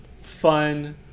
fun